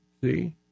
See